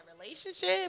relationship